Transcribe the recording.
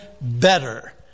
better